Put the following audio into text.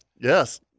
Yes